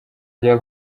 rya